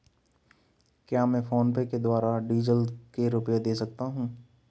क्या मैं फोनपे के द्वारा डीज़ल के रुपए दे सकता हूं?